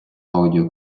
аудіо